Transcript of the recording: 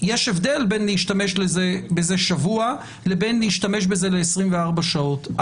יש הבדל בין להשתמש בזה שבוע לבין להשתמש בזה ל-24 שעות.